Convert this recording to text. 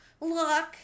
look